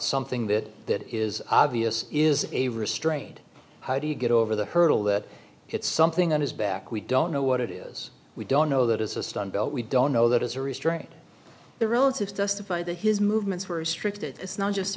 something that that is obvious is a restraint how do you get over the hurdle that it's something on his back we don't know what it is we don't know that is a stun belt we don't know that is a restraint the relative justify that his movements were restricted it's not just